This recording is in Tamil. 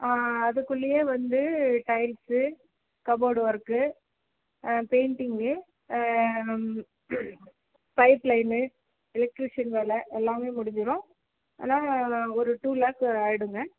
ஆ அதுக்குள்ளேயே வந்து tiles cupboard work painting pipe line electrician வேலை எல்லாமே முடிஞ்சுடும் எல்லாம் ஒரு டூ லேக்ஸ் ஆகிடுங்க